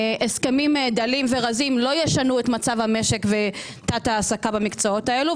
הסכמים דלים ורזים לא ישנו את מצב המשק ותת-ההעסקה במקצועות האלה,